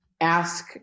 Ask